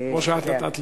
כמו שאת נתת לי.